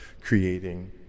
creating